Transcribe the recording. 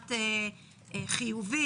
נשמעת חיובית,